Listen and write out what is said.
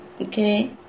okay